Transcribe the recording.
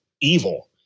evil